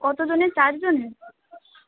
কতো জনের চার জনের